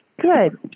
good